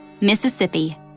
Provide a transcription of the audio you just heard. Mississippi